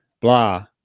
Blah